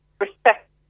respect